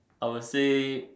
I'll say